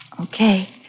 Okay